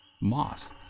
moss